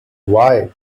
why